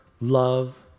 love